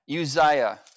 Uzziah